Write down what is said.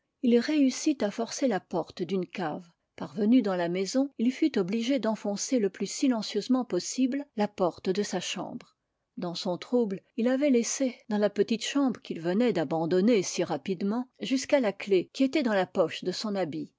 il réussit à forcer la porte d'une cave parvenu dans la maison il fut obligé d'enfoncer le plus silencieusement possible la porte de sa chambre dans son trouble il avait laissé dans la petite chambre qu'il venait d'abandonner si rapidement jusqu'à la clef qui était dans la poche de son habit